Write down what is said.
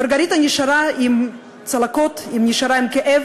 מרגריטה נשארה עם צלקות, נשארה עם כאב,